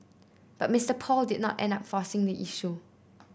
but Mister Paul did not end up forcing the issue